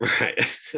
right